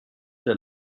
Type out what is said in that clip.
der